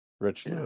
Rich